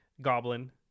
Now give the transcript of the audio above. goblin